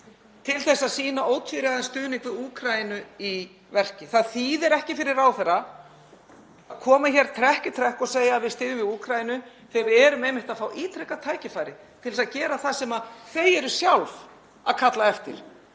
til að sýna ótvíræðan stuðning við Úkraínu í verki. Það þýðir ekki fyrir ráðherra að koma hér trekk í trekk og segja að við styðjum við Úkraínu þegar við erum einmitt að fá ítrekað tækifæri til að gera það sem þau eru sjálf að kalla eftir.